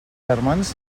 germans